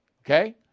Okay